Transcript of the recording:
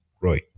Roy